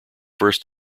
first